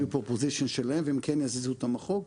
proposition שלהם והם כן יזיזו את המחוג.